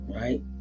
right